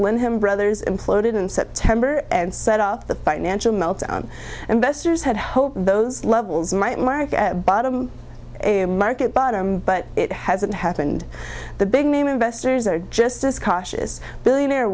lin him brothers imploded in september and set off the financial meltdown investors had hoped those levels might mark bottom a market bottom but it hasn't happened the big name investors are just as cautious billionaire